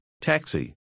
taxi